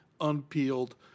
unpeeled